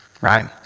right